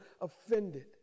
offended